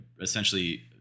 essentially